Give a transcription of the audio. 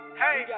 hey